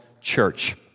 church